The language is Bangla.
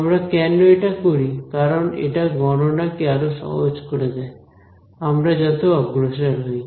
আমরা কেন এটা করি কারণ এটা গণনা কে আরো সহজ করে দেয় আমরা যত অগ্রসর হই